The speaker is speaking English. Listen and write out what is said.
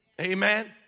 Amen